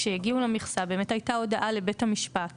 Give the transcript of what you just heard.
כשהגיעו למכסה באמת הייתה הודעה לבית המשפט